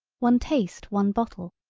one taste one bottle,